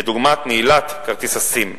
כדוגמת נעילת כרטיס ה"סים".